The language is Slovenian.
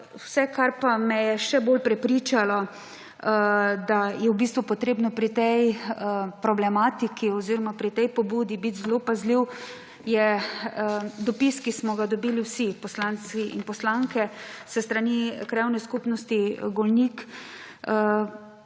Vse, kar pa me je še bolj prepričalo, da je v bistvu treba pri tej pobudi biti zelo pazljiv, je dopis, ki smo ga dobili vsi poslanke in poslanci s strani Krajevne skupnosti Golnik,